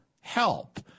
help